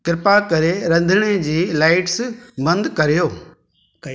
कृपा करे रंधिणे जी लाइट्स बंदि करियो